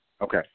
Okay